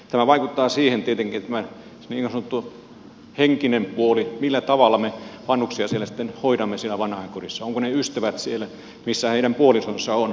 tämä vaikuttaa tietenkin siihen niin sanottuun henkiseen puoleen millä tavalla me vanhuksia hoidamme siellä vanhainkodissa ovatko ne ystävät siellä missä heidän puolisonsa on